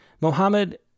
Mohammed